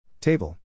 Table